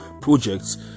projects